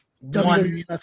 one